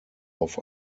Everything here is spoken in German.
auf